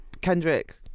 Kendrick